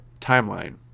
timeline